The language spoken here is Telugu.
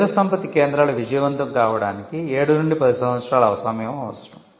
మేధోసంపత్తి కేంద్రాలు విజయవంతం కావడానికి 7 నుండి 10 సంవత్సరాలు సమయం అవసరం